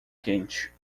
quente